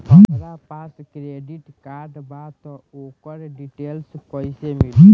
हमरा पास credit card बा त ओकर डिटेल्स कइसे मिली?